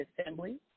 Assembly